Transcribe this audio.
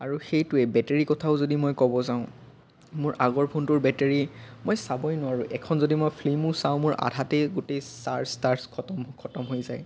আৰু সেইটোৱে বেটেৰী কথাও যদি মই ক'ব যাওঁ মোৰ আগৰ ফোনটোৰ বেটেৰী মই চাবই নোৱাৰোঁ এখন যদি মই ফিল্মো চাওঁ মোৰ আধাতেই গোটেই চাৰ্জ তাৰ্জ খতম খতম হৈ যায়